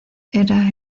era